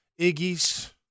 Iggy's